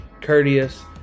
courteous